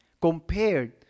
Compared